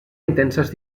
intenses